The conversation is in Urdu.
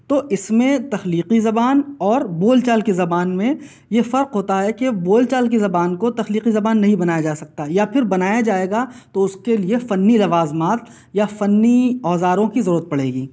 تو اس میں تخلیقی زبان اور بول چال کی زبان میں یہ فرق ہوتا ہے کہ بول چال کی زبان کو تخلیقی زبان نہیں بنایا جا سکتا یا پھر بنایا جائے گا تو اس کے لئے فنی لوازمات یا فنی اوزاروں کی ضرورت پڑے گی